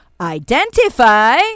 identify